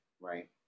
right